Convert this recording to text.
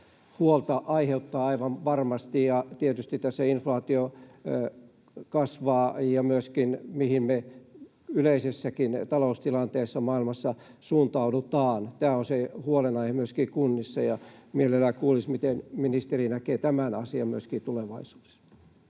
huolta aivan varmasti. Tietysti tässä inflaatio kasvaa, ja myös se, mihin me yleisessäkin taloustilanteessa maailmassa suuntaudutaan, on huolenaihe kunnissa. Mielellään kuulisin, miten ministeri näkee tämän asian olevan tulevaisuudessa.